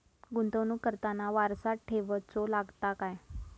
गुंतवणूक करताना वारसा ठेवचो लागता काय?